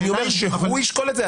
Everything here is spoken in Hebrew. אני אומר שהוא ישקול את זה,